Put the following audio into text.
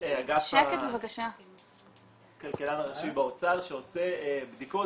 אגף הכלכלן הראשי באוצר שעושה בדיקות